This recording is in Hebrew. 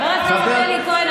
חבר הכנסת אלי כהן,